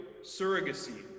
surrogacy